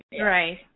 Right